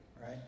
Right